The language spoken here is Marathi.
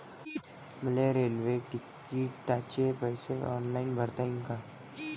मले रेल्वे तिकिटाचे पैसे ऑनलाईन भरता येईन का?